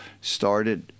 started